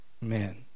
man